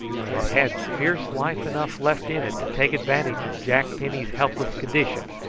but it had fierce life enough left in it to take advantage of jack penny's helpless condition,